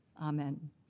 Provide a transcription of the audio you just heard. amen